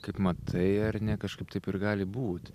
kaip matai ar ne kažkaip taip ir gali būt